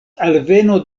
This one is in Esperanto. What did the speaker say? alveno